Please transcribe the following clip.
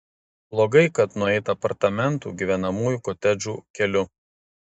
blogai kad nueita apartamentų gyvenamųjų kotedžų keliu